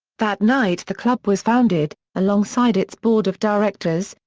that night the club was founded, alongside its board of directors,